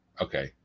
okay